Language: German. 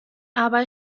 aber